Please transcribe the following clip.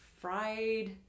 fried